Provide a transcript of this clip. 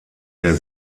der